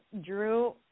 Drew